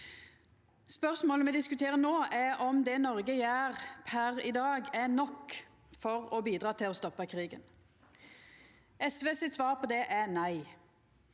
Spørsmålet me diskuterer no, er om det Noreg gjer per i dag, er nok for å bidra til å stoppa krigen. SV sitt svar på det er nei.